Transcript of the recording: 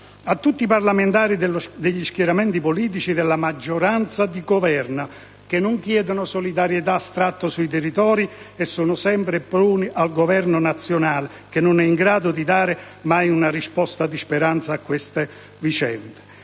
a tutti i parlamentari degli schieramenti politici della maggioranza di governo, della Campania e del Sud (che non chiedono solidarietà astratta sui territori e sono sempre proni al Governo nazionale, che non è in grado di dare mai una risposta di speranza a queste vicende)